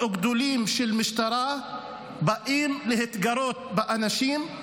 גדולים של משטרה באים בצורה פתאומית להתגרות באנשים,